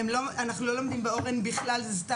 אנחנו לא לומדים באורן בכלל! זה סתם,